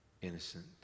innocent